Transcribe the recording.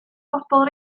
bobl